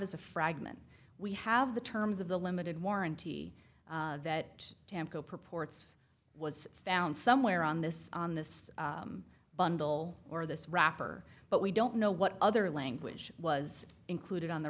is a fragment we have the terms of the limited warranty that purports was found somewhere on this on this bundle or this wrapper but we don't know what other language was included on the